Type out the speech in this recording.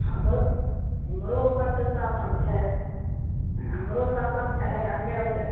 हमरो हमरो ऊपर तऽ शाशन छै हमरो शाशन छै आ हमरो ओते